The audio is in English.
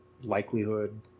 likelihood